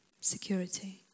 security